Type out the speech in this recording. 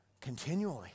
continually